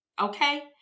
okay